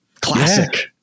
classic